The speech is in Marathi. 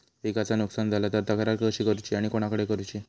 पिकाचा नुकसान झाला तर तक्रार कशी करूची आणि कोणाकडे करुची?